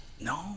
No